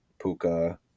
Puka